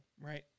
right